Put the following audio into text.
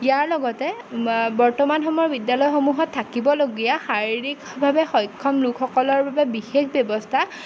ইয়াৰ লগতে বৰ্তমান সময়ৰ বিদ্যালয়সমূহত থাকিবলগীয়া শাৰীৰিকভাৱে সক্ষম লোকসকলৰ বাবে বিশেষ ব্যৱস্থা